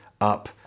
up